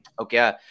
Okay